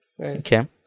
Okay